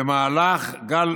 במהלך גל